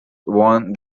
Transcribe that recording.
won